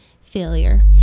failure